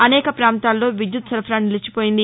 అనేక ప్రాంతాలలో విద్యుత్ సరఫరా నిలిచిపోయింది